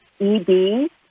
EB